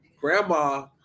grandma